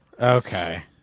Okay